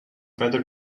better